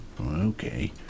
okay